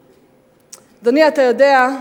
אדוני, אתה יודע,